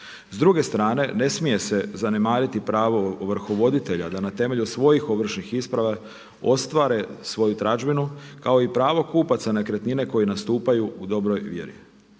S druge strane ne smije se zanemariti pravo ovrhovoditelja da na temelju svojih ovršnih isprava ostvare svoju tražbinu kao i pravo kupaca nekretnine koji nastupaju dobroj vjeri.